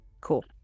Cool